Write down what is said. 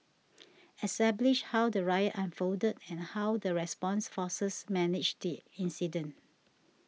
establish how the riot unfolded and how the response forces managed the incident